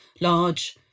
large